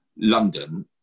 London